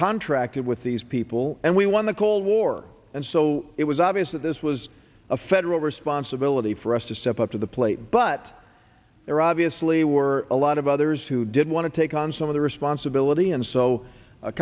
contracted with these people and we won the cold war and so it was obvious that this was real responsibility for us to step up to the plate but there obviously were a lot of others who did want to take on some of the responsibility and so